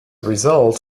result